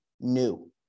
new